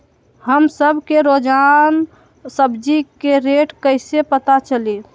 हमरा सब के रोजान सब्जी के रेट कईसे पता चली?